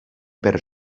per